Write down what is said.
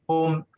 Home